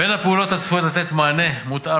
בין הפעולות הצפויות לתת מענה מותאם